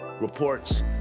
reports